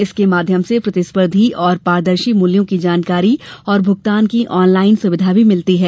इसके माध्यम से प्रतिस्पर्धी और पारदर्शी मूल्यों की जानकारी और भुगतान की ऑन लाइन सुविधा भी मिलती है